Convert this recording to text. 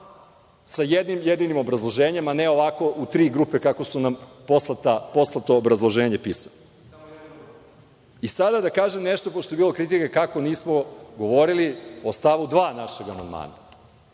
sa jednim jedinim obrazloženjem, a ne ovako, u tri grupe, kako su nam poslata obrazloženja.I sada da kažem nešto, pošto je bilo kritike, kako nismo govorili o stavu 2. našeg amandmana,